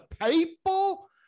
people